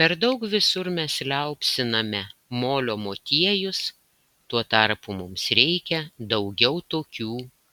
per daug visur mes liaupsiname molio motiejus tuo tarpu mums reikia daugiau tokių